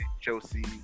Chelsea